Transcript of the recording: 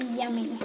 yummy